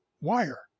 wire